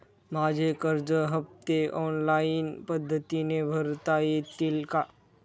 माझे कर्ज हफ्ते ऑनलाईन पद्धतीने भरता येतील का?